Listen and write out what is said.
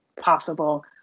possible